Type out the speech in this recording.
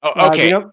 Okay